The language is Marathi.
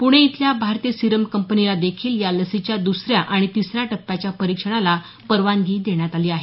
पुणे इथल्या भारतीय सिरम कंपनीला देखील या लसीच्या द्सऱ्या आणि तिसऱ्या टप्प्याच्या परीक्षणाला परवानगी देण्यात आली आहे